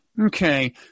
Okay